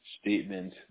statement